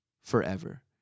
forever